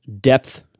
depth